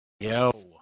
yo